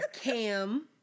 Cam